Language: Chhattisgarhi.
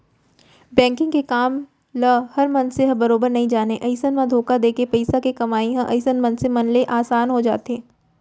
बेंकिग के काम ल हर मनसे ह बरोबर नइ जानय अइसन म धोखा देके पइसा के कमई ह अइसन मनसे मन ले असान हो जाथे